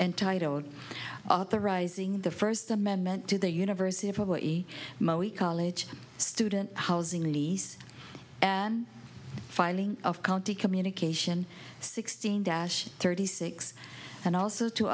entitled authorizing the first amendment to the university of hawaii college student housing lease and filing of county communication sixteen days thirty six and also to